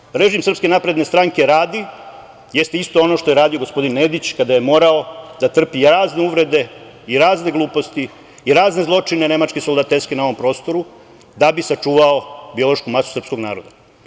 Ono što režim SNS radi jeste isto ono što je radio gospodin Nedić kada je morao da trpi razne uvrede i razne gluposti razne nemačke soldateske na ovom prostoru da bi sačuvao biološku masu srpskog naroda.